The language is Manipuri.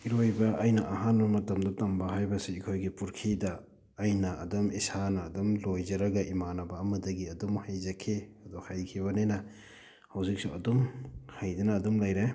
ꯏꯔꯣꯏꯕ ꯑꯩꯅ ꯑꯍꯥꯟꯕ ꯃꯇꯝꯗ ꯇꯝꯕ ꯍꯥꯏꯕꯁꯤ ꯑꯩꯈꯣꯏꯒꯤ ꯄꯨꯈ꯭ꯔꯤꯗ ꯑꯩꯅ ꯑꯗꯨꯝ ꯏꯁꯥꯅ ꯑꯗꯨꯝ ꯂꯣꯏꯖꯔꯒ ꯏꯃꯥꯟꯅꯕ ꯑꯃꯗꯒꯤ ꯑꯗꯨꯝ ꯍꯩꯖꯈꯤ ꯑꯗꯣ ꯍꯩꯈꯤꯕꯅꯤꯅ ꯍꯧꯖꯤꯛꯁꯨ ꯑꯗꯨꯝ ꯍꯩꯗꯅ ꯑꯗꯨꯝ ꯂꯩꯔꯦ